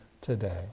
today